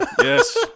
yes